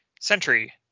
Sentry